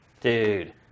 Dude